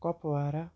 Kupwara